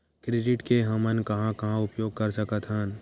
Credit के हमन कहां कहा उपयोग कर सकत हन?